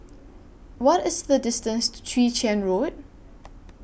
What IS The distance to Chwee Chian Road